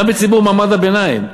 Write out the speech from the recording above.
גם בציבור מעמד הביניים.